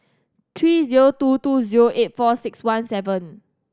three zero two two eight four six one seven